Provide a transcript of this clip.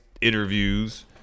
interviews